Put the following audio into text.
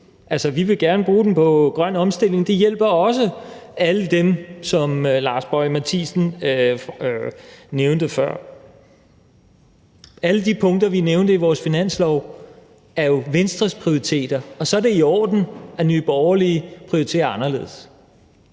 Vi vil gerne bruge penge på grøn omstilling. Det hjælper også alle dem, som hr. Lars Boje Mathiesen nævnte før. Alle de punkter, vi nævnte i vores forslag til finanslov, er jo Venstres prioriteter, og så er det i orden, at Nye Borgerlige prioriterer anderledes.